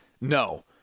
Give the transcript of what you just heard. No